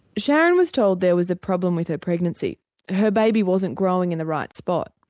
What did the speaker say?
sharon was told there was a problem with her pregnancy her baby wasn't growing in the right spot.